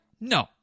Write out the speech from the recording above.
No